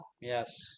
yes